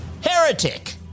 Heretic